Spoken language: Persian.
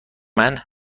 هرگز